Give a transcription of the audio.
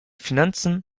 finanzen